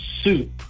soup